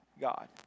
God